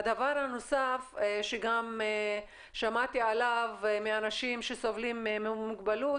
הדבר הנוסף שגם שמעתי עליו מאנשים שסובלים ממוגבלות,